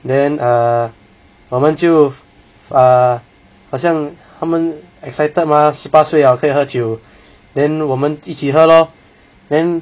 then err 我们就好像他们 excited mah 十八岁 liao 可以喝酒 then 我们一起喝 lor then